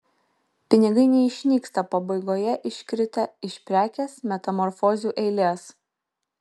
pinigai neišnyksta pabaigoje iškritę iš prekės metamorfozių eilės